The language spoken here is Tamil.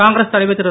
காங்கிரஸ் தலைவர் திரு